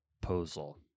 proposal